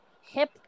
hip